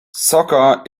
soccer